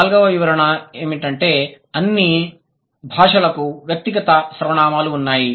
నాల్గవ వివరణ ఏమిటంటే అన్ని భాషలకు వ్యక్తిగత సర్వనామాలు ఉన్నాయి